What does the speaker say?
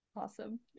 Awesome